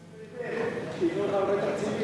שייתנו לך הרבה תקציבים.